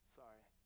sorry